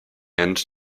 end